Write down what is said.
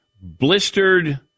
Blistered